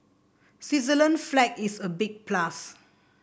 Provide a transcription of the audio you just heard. Switzerland's flag is a big plus